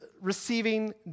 receiving